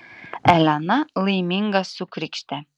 elena laiminga sukrykštė